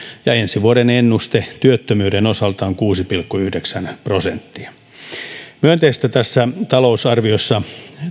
ja ensi vuoden ennuste työttömyyden osalta on kuusi pilkku yhdeksän prosenttia myönteisiä piirteitä tässä talousarviossa